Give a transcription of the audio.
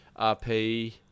RP